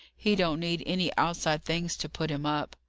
he don't need any outside things to put him up.